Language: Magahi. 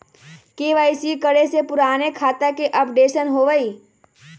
के.वाई.सी करें से पुराने खाता के अपडेशन होवेई?